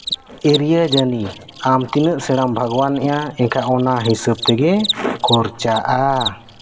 area ᱡᱟᱹᱱᱤ ᱟᱢ ᱛᱤᱱᱟᱹᱜ ᱥᱮᱬᱟᱢ ᱵᱟᱜᱽᱣᱟᱱᱮᱫᱼᱟ ᱮᱱᱠᱷᱟᱱ ᱚᱱᱟ ᱦᱤᱥᱟᱹᱵᱽ ᱛᱮᱜᱮ ᱠᱷᱚᱨᱪᱟᱜᱼᱟ